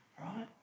Right